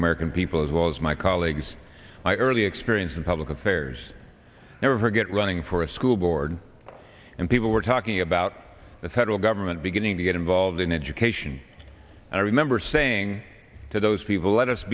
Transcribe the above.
american people as well as my colleagues my early experience in public affairs never forget running for a school board and people were talking about the federal government beginning to get involved in education and i remember saying to those people let us